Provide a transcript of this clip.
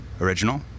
original